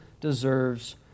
deserves